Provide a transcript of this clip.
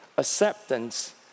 Acceptance